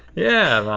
yeah, man!